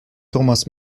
thomas